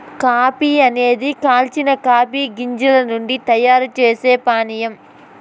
coffee అనేది కాల్చిన coffee గింజల నుండి తయారు చేసే పానీయం